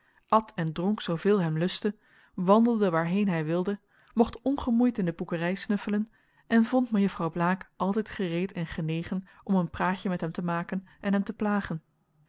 at en dronk zooveel hem lustte wandelde waarheen hij wilde mocht ongemoeid in de boekerij snuffelen en vond mejuffrouw blaek altijd gereed en genegen om een praatje met hem te maken en hem te plagen